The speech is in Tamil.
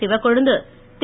சிவக்கொழுந்து திரு